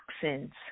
toxins